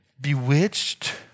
bewitched